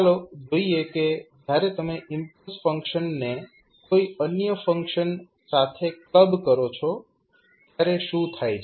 ચાલો જોઈએ કે જ્યારે તમે ઇમ્પલ્સ ફંક્શનને કોઈ અન્ય ફંક્શન સાથે ક્લબ કરો છો ત્યારે શું થાય છે